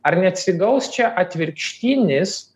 ar neatsigaus čia atvirkštinis